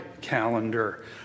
calendar